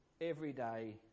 everyday